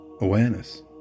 awareness